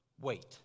wait